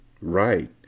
Right